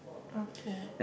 okay